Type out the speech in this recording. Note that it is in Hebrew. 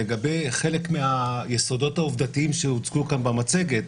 לגבי חלק מהיסודות העובדתיים שהוצגו כאן במצגת,